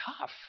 tough